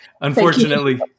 Unfortunately